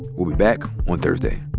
we'll be back on thursday